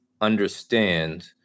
understand